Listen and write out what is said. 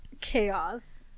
chaos